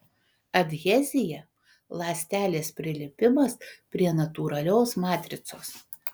adhezija ląstelės prilipimas prie natūralios matricos